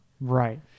Right